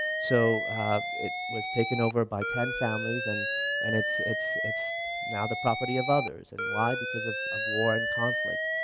so it was taken over by ten families and and it's it's now the property of others and why, because of of war and conflict.